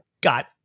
got